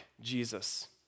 Jesus